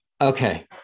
Okay